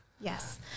Yes